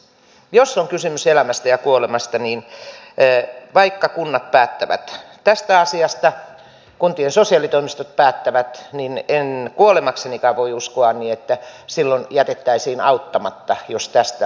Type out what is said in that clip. jos on kysymys elämästä ja kuolemasta niin vaikka kunnat päättävät tästä asiasta kuntien sosiaalitoimistot päättävät niin en kuolemaksenikaan voi uskoa että silloin jätettäisiin auttamatta jos tästä on kysymys